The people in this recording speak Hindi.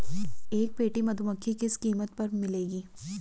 एक पेटी मधुमक्खी किस कीमत पर मिलेगी?